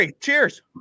cheers